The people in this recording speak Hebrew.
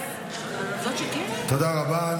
תודה רבה.